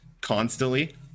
constantly